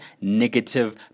negative